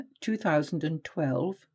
2012